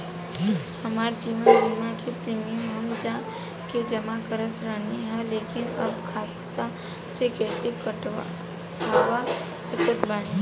हमार जीवन बीमा के प्रीमीयम हम जा के जमा करत रहनी ह लेकिन अब खाता से कइसे कटवा सकत बानी?